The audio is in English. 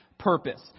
purpose